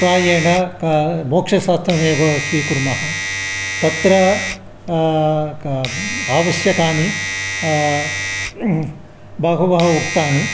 प्रायेण मोक्षशास्त्रमेव स्वीकुर्मः तत्र क आवश्यकानि बहु बहु उक्तानि